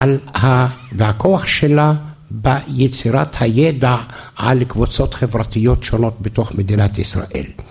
‫והכוח שלה ביצירת הידע ‫על קבוצות חברתיות שונות ‫בתוך מדינת ישראל.